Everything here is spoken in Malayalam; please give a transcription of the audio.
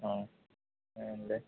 ആ ആ ആണല്ലേ